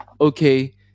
Okay